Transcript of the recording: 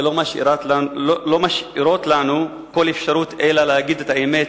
שלא משאירות לנו כל אפשרות אלא להגיד את האמת